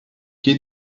quai